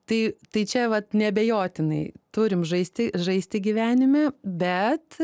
tai tai čia vat neabejotinai turim žaisti žaisti gyvenime bet